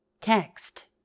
Text